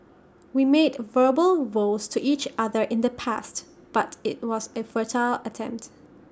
we made verbal vows to each other in the past but IT was A futile attempt